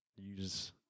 use